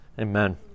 Amen